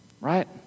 Right